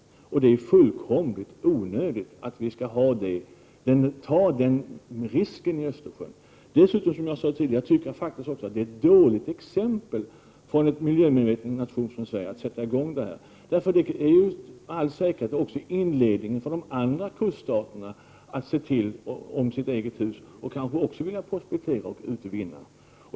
Det är helt onödigt att vi skall ta den risken i Östersjön. Som jag sade tidigare tycker jag dessutom att det skulle ha varit ett dåligt exempel från en miljömedveten nation som Sverige att sätta i gång detta. Det skulle nämligen med all säkerhet även bli inledningen för de andra kuststaterna att se om sitt hus. De kanske också vill prospektera och utvinna.